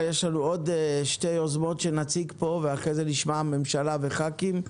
יש לנו עוד שתי יוזמות שנציג פה ואחרי זה נשמע ממשלה וח"כים.